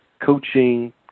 coaching